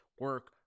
Work